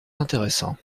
intéressants